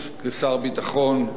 בעבר כראש ממשלה,